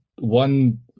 one